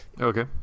Okay